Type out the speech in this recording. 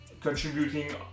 Contributing